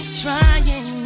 trying